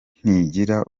ntigira